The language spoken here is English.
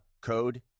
code